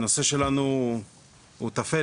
הנושא שלנו הוא טפל